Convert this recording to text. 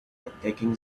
attacking